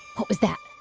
what was that?